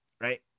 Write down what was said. Right